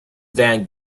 van